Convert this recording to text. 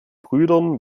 brüdern